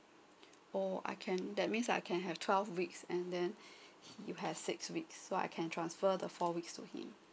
oh I can that means I can have twelve weeks and then you have six weeks so I can transfer the four weeks to him